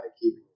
keeping